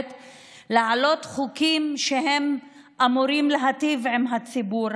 ותעלה חוקים שאמורים להיטיב עם הציבור,